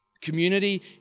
community